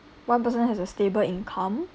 one person has a stable income